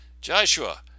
Joshua